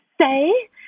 say